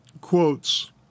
quotes